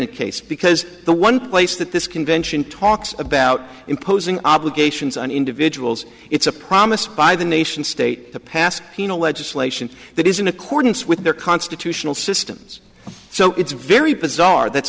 t case because the one place that this convention talks about imposing obligations on individuals it's a promise by the nation state to paskin a legislation that is in accordance with their constitutional systems so it's very bizarre that's